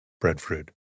breadfruit